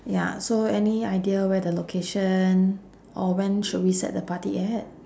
ya so any idea where the location or when should we set the party at